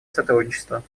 сотрудничества